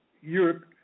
Europe